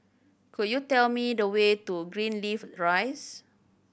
could you tell me the way to Greenleaf Rise